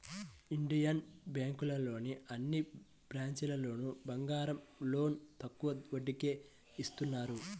Indian బ్యేంకులోని అన్ని బ్రాంచీల్లోనూ బంగారం లోన్లు తక్కువ వడ్డీకే ఇత్తన్నారు